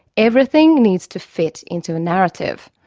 everything needs to fit into a narrative.